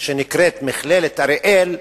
שנקראת "מכללת אריאל"